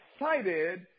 excited